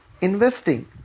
investing